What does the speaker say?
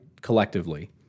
collectively